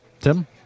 Tim